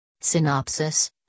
Synopsis